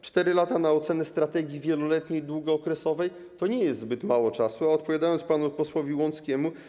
4 lata na ocenę strategii wieloletniej, długookresowej to nie jest zbyt mało czasu, odpowiadając panu posłowi Łąckiemu.